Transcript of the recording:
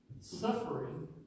suffering